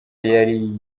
yari